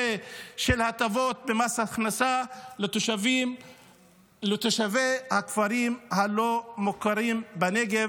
של הטבות במס הכנסה לתושבי הכפרים הלא-מוכרים בנגב,